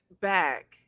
back